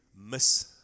miss